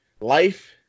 life